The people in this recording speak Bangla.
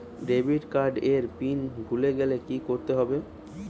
ডেবিট কার্ড এর পিন ভুলে গেলে কি করতে হবে?